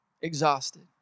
exhausted